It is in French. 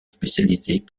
spécialisées